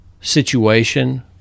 situation